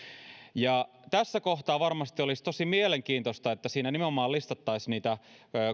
tässä kohtaa varmasti olisi tosi mielenkiintoista että siinä listattaisiin nimenomaan niitä